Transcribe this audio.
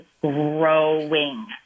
growing